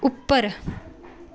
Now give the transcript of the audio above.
ਉੱਪਰ